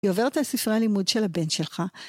היא עוברת על ספרי הלימוד של הבן שלך.